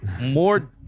more